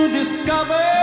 discover